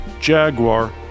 Jaguar